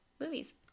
movies